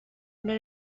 una